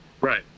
right